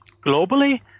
globally